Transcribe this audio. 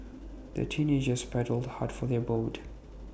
the teenagers paddled hard for their boat